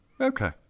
Okay